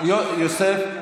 יוסף,